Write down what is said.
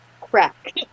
Crack